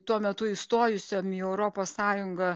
tuo metu įstojusiom į europos sąjungą